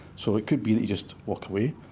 so it could be that you just walk away,